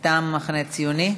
מטעם המחנה הציוני.